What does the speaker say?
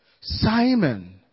Simon